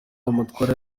amatwara